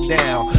down